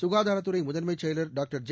சுகாதாரத்துறை முதன்மைச் செயலர் டாக்டர் ஜெ